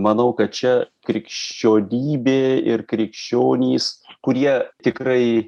manau kad čia krikščionybė ir krikščionys kurie tikrai